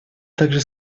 также